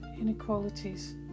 inequalities